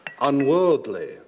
unworldly